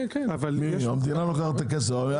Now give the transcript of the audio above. המדינה לוקחת את הכסף.